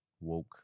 woke